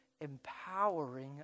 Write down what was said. empowering